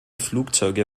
flugzeuge